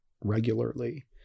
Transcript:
regularly